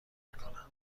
میکنن